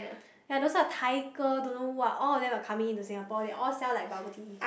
ya those Tai-ge don't know what all of them are coming in to Singapore they all sell like bubble tea